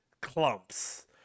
clumps